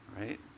Right